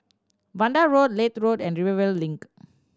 Vanda Road Leith Road and Rivervale Link